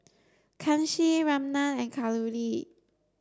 Kanshi Ramnath and Kalluri